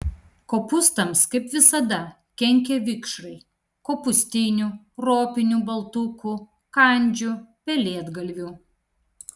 kopūstams kaip visada kenkia vikšrai kopūstinių ropinių baltukų kandžių pelėdgalvių